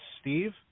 Steve